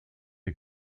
est